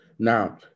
Now